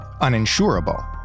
uninsurable